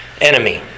enemy